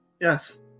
Yes